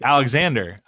Alexander